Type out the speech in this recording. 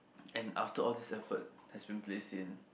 and after all this effort has been place in